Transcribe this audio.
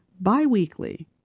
Bi-weekly